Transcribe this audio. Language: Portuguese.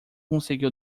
conseguiu